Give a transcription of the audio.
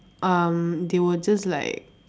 um they will just like